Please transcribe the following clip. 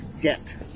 get